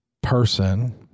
person